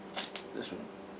that's true